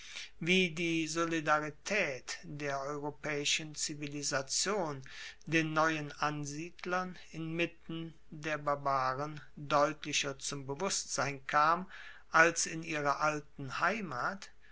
wie die solidaritaet der europaeischen zivilisation den neuen ansiedlern inmitten der barbaren deutlicher zum bewusstsein kam als in ihrer alten heimat